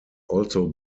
also